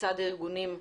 מצד הארגונים,